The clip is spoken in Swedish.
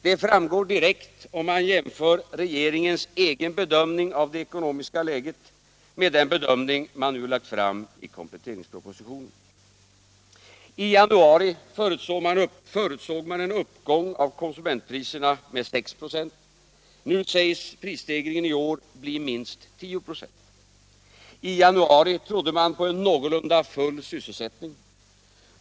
Det framgår direkt om man jämför regeringens egen bedömning av det ekonomiska läget med den bedömning som nu lagts fram i kompletteringspropositionen. I januari förutsåg man en uppgång av konsumentpriserna med 6 96. Nu sägs prisstegringen i år bli minst 10 96. I januari trodde man på en någorlunda full sysselsättning.